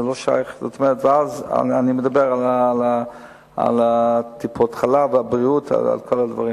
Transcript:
זאת אומרת: אני מדבר על טיפות-החלב והבריאות ועל כל הדברים.